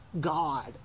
God